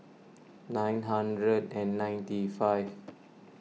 nine hundred and ninety five